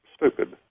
stupid